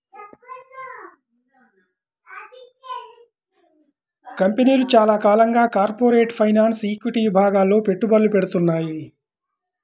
కంపెనీలు చాలా కాలంగా కార్పొరేట్ ఫైనాన్స్, ఈక్విటీ విభాగాల్లో పెట్టుబడులు పెడ్తున్నాయి